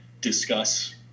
discuss